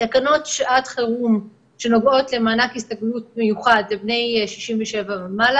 תקנות שעת חירום שנוגעות למענק הסתגלות מיוחד לבני 67 ומעלה